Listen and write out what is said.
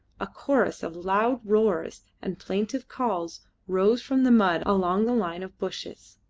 a chorus of loud roars and plaintive calls rose from the mud along the line of bushes.